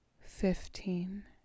fifteen